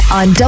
on